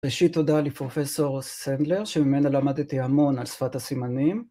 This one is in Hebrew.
ראשית תודה לפרופסור סנדלר שממנה למדתי המון על שפת הסימנים